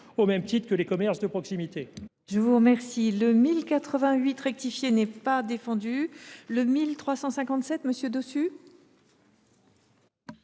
au même titre que les commerces de proximité.